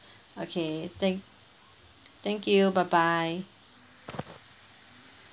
okay thank thank you bye bye